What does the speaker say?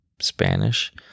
Spanish